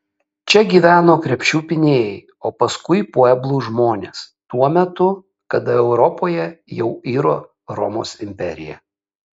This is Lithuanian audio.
čia gyveno krepšių pynėjai o paskui pueblų žmonės tuo metu kada europoje jau iro romos imperija